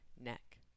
neck